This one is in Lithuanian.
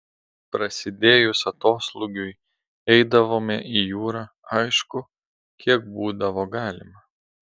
prasidėjus atoslūgiui eidavome į jūrą aišku kiek būdavo galima